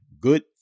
good